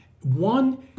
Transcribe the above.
one